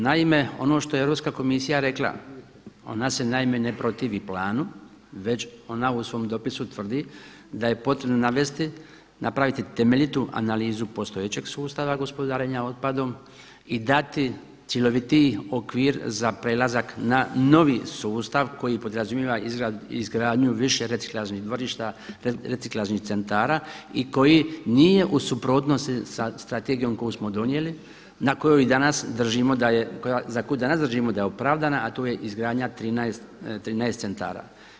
Naime ono što je Europska komisija rekla, ona se naime ne protivi planu već ona u svom dopisu tvrdi da je potrebno navesti, napraviti temeljitu analizu postojećeg sustava gospodarenja otpadom i dati cjelovitiji okvir za prelazak na novi sustav koji podrazumijevaj izgradnju više reciklažnih dvorišta, reciklažnih centara i koji nije u suprotnosti sa strategijom koju smo donijeli za koju i danas držimo da je opravdana a to je izgradnja 13 centara.